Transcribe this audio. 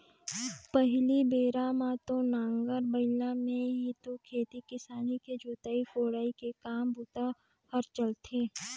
पहिली बेरा म तो नांगर बइला में ही तो खेती किसानी के जोतई कोड़ई के काम बूता हर चलथे